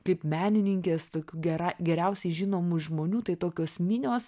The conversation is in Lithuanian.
kaip menininkės tokių gera geriausiai žinomų žmonių tai tokios minios